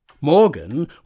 Morgan